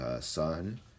son